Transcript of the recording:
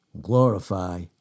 glorify